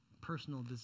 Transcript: personal